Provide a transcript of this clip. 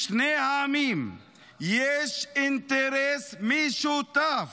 לשני העמים יש אינטרס משותף.